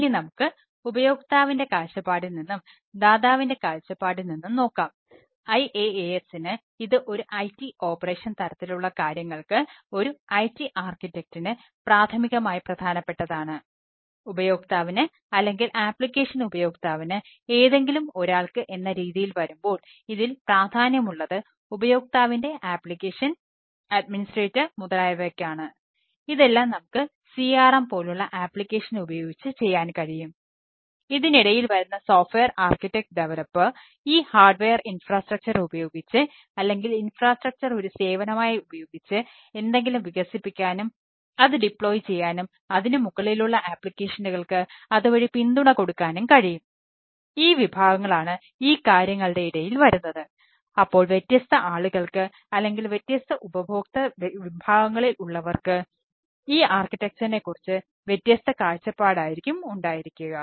ഇനി നമുക്ക് ഉപയോക്താവിൻറെ കാഴ്ചപ്പാടിൽ നിന്നും ദാതാവിൻറെ കാഴ്ചപ്പാടിൽ നിന്നും നോക്കാം IaaSന് ഇത് ഒരു IT ഓപ്പറേഷൻ കുറിച്ച് വ്യത്യസ്ത കാഴ്ചപ്പാട് ആയിരിക്കും ഉണ്ടായിരിക്കുക